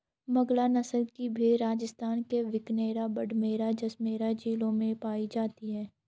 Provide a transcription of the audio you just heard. मगरा नस्ल की भेंड़ राजस्थान के बीकानेर, बाड़मेर, जैसलमेर जिलों में पाई जाती हैं